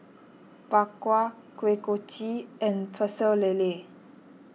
Bak Kwa Kuih Kochi and Pecel Lele